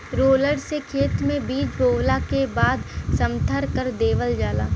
roller से खेत में बीज बोवला के बाद समथर कर देवल जाला